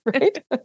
right